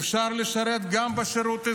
אפשר לשרת גם בשירות,